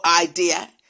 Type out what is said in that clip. idea